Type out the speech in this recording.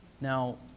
Now